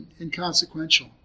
inconsequential